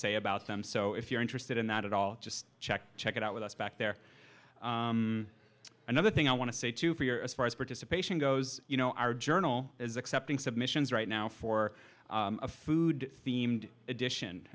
say about them so if you're interested in that at all just check check it out with us back there another thing i want to say to you for your as far as participation goes you know our journal is accepting submissions right now for a food themed edition